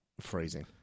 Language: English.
freezing